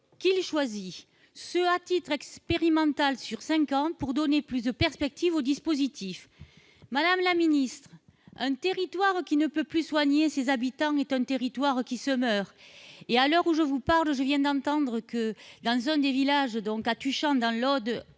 qu'il choisit, ce à titre expérimental sur cinq ans, pour donner plus de perspectives au dispositif. Madame la ministre, un territoire qui ne peut plus soigner ses habitants est un territoire qui se meurt ! Or je le sais depuis peu, le village de Tuchan, dans l'Aude,